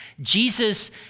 Jesus